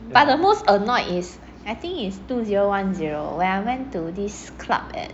but the most annoyed is I think is two zero one zero when I went to this club at